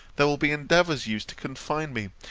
there will be endeavours used to confine me,